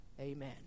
Amen